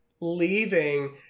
leaving